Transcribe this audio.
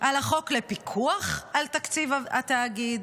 על החוק לפיקוח על תקציב התאגיד,